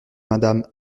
madame